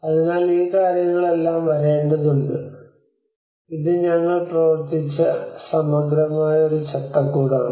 അതിനാൽ ഈ കാര്യങ്ങളെല്ലാം വരേണ്ടതുണ്ട് ഇത് ഞങ്ങൾ പ്രവർത്തിച്ച സമഗ്രമായ ഒരു ചട്ടക്കൂടാണ്